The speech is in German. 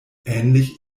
ähnlich